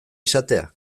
izatea